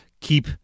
keep